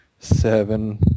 seven